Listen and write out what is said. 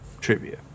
trivia